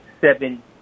seven